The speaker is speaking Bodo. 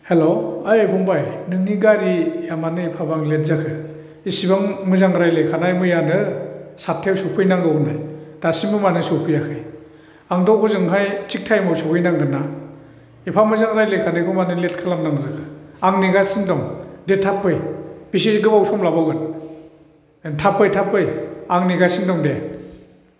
हेल्ल' ओइ फंबाय नोंनि गारिया मानो एफाबां लेट जाखो एसेबां मोजां रायज्लायखानाय मैयानो सात्थायाव सफैनांगौमोन दासिमबो मानो सफैयाखै आंथ' हजोंहाय थिग टाइमाव सहैनांगोन ना एफा मोजां रायज्लायनायखौ मानो लेट खालामनांगौ जाखो आं नेगासिनो दं दे थाब फै बेसे गोबाव सम लाबावगोन दे थाब फै थाब फै आं नेगासिनो दं दे